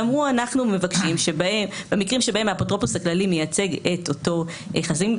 ואמרו: אנחנו מבקשים שבמקרים שבהם האפוטרופוס הכללי מייצג את אותו קטין,